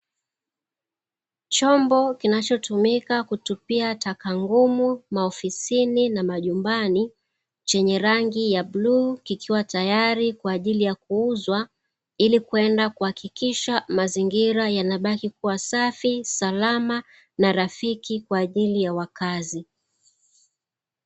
Chombo kinachotumika kutupia taka ngumu maofisini na majumbani chenye rangi ya bluu, kikiwa tayari kwa ajili ya kuuzwa, ili kwenda kuhakikisha mazingira yanabaki kuwa safi, salama na rafiki kwa ajili ya wakazi.